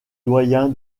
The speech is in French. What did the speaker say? doyen